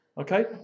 Okay